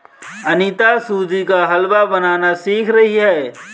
अनीता सूजी का हलवा बनाना सीख रही है